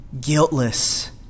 Guiltless